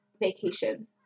vacation